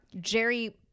Jerry